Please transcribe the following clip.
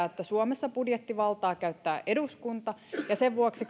että suomessa budjettivaltaa käyttää eduskunta ja sen vuoksi